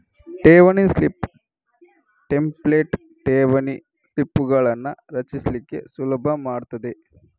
ಠೇವಣಿ slip template ಠೇವಣಿ ಸ್ಲಿಪ್ಪುಗಳನ್ನ ರಚಿಸ್ಲಿಕ್ಕೆ ಸುಲಭ ಮಾಡ್ತದೆ